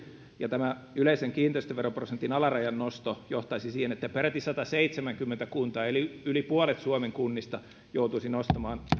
ja tämä yleisen kiinteistöveroprosentin alarajan nosto johtaisi siihen että peräti sataseitsemänkymmentä kuntaa eli yli puolet suomen kunnista joutuisi nostamaan